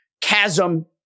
chasm